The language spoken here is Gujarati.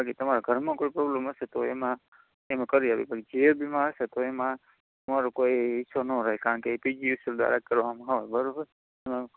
બાકી તમારા ઘરમાં કોઇ પ્રોબ્લેમ હશે તો એમાં અમે કરી આપીશું પણ જી ઈ બીમાં હશે તો આમાં અમારો કોઇ હિસ્સો ના રહે કારણ કે A P G V C L દ્વારા કરવામાં આવે બરાબર